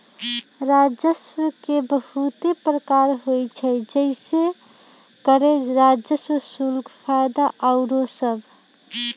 राजस्व के बहुते प्रकार होइ छइ जइसे करें राजस्व, शुल्क, फयदा आउरो सभ